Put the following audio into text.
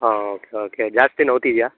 ಹಾಂ okay okay ಜಾಸ್ತಿ ನೋವ್ತಿದೆಯಾ